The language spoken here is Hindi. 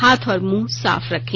हाथ और मुंह साफ रखें